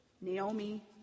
Naomi